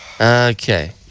Okay